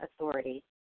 authority